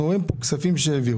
אנחנו רואים כאן כספים שהעבירו,